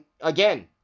again